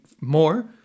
more